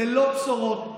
ללא בשורות,